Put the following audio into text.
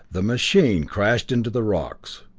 the machine crashed into the rocks.